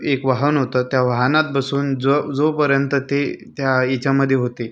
एक वाहन होतं त्या वाहनात बसून जो जोपर्यंत ते त्या हिच्यामध्ये होते